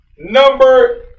Number